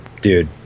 dude